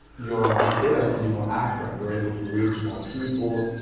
your data's gonna be more accurate, you're able to reach more people,